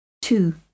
Two